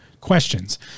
questions